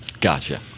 Gotcha